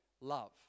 love